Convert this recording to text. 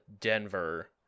Denver